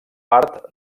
part